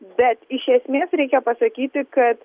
bet iš esmės reikia pasakyti kad